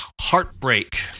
Heartbreak